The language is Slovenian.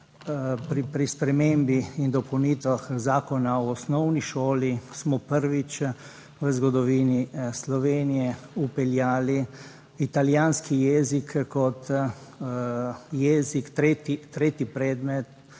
pri spremembi in dopolnitvah Zakona o osnovni šoli. Smo prvič v zgodovini Slovenije vpeljali italijanski jezik kot jezik tretji predmet